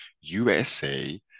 USA